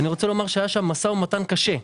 אני רוצה לומר שהיה שם משא ומתן קשה.